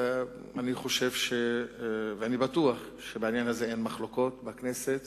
אני בטוח שבעניין הזה אין מחלוקות בכנסת